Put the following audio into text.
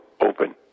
open